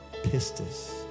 Pistis